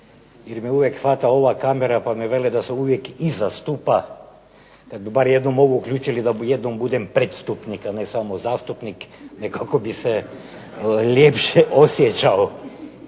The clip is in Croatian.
jer me uvijek hvata ova kamera pa mi vele da sam uvijek iza stupa. Kada bi barem jednu uključili da budem prestupnik a ne samo zastupnik nekako bi se ljepše osjećao.